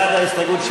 בעד ההסתייגות,